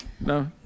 No